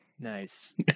Nice